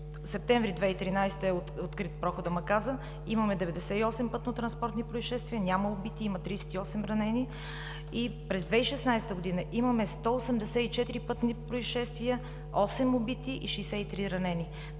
септември 2013 г. е открит проходът Маказа, имаме 98 пътнотранспортни произшествия, няма убити, има 38 ранени. През 2016 г. имаме 184 пътни произшествия, 8 убити и 63 ранени.